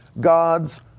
God's